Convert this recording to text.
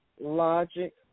logic